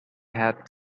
had